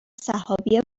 سحابی